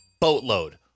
boatload